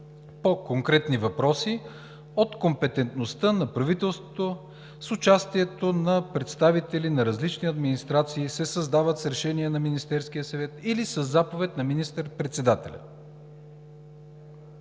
по конкретни въпроси от компетентността на правителството, с участието на представители на различни администрации, се създават с решение на Министерския съвет или със заповед на министър-председателя“.